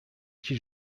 qui